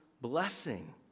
blessing